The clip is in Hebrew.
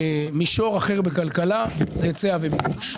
מישור אחר בכלכלה, זה עניין של היצע וביקוש.